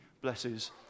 blesses